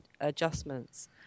adjustments